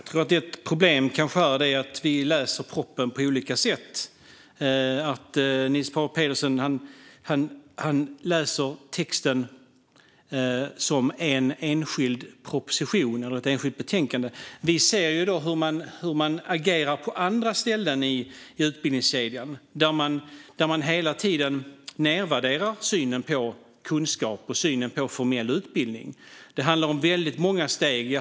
Herr talman! Jag tror att ett problem kanske är att vi läser propositionen på olika sätt. Niels Paarup-Petersen läser texten som en enskild proposition eller ett enskilt betänkande. Vi ser hur man agerar på andra ställen i utbildningskedjan, där man hela tiden nedvärderar synen på kunskap och formell utbildning. Det handlar om väldigt många steg.